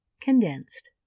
Condensed